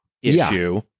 issue